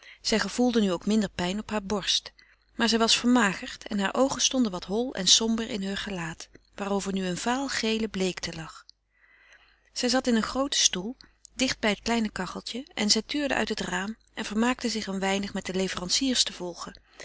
zij gevoelde nu ook minder pijn op heure borst maar zij was vermagerd en hare oogen stonden wat hol en somber in heur gelaat waarover nu eene vaalgele bleekte lag zij zat in een grooten stoel dicht bij het kleine kacheltje en zij tuurde uit het raam en vermaakte zich een weinig met de leveranciers te volgen